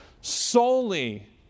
solely